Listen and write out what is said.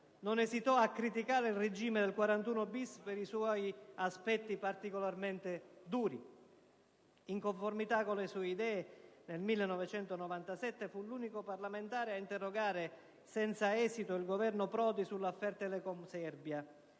non esitò a criticare il regime del 41-*bis* per i suoi aspetti particolarmente duri. In conformità con le sue idee, nel 1997, fu l'unico parlamentare ad interrogare senza esito il Governo Prodi sull'*affaire* Telecom Serbia